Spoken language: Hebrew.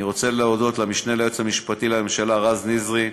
אני רוצה להודות למשנה ליועץ המשפטי לממשלה רז נזרי,